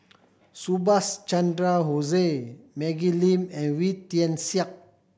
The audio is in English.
Subhas Chandra Bose Maggie Lim and Wee Tian Siak